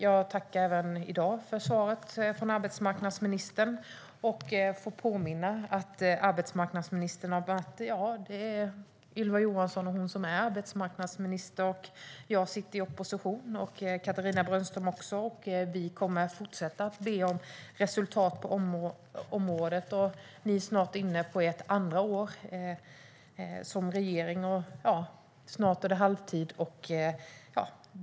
Jag tackar även i dag för svaret från arbetsmarknadsministern. Jag påminner om att Ylva Johansson är arbetsmarknadsminister. Katarina Brännström och jag sitter i opposition. Vi kommer att fortsätta att be om resultat på området. Ni är inne på ert andra år som regering, och snart är det halvtid.